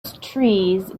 trees